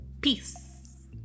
peace